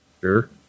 Sure